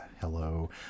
Hello